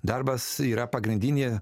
darbas yra pagrindinė